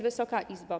Wysoka Izbo!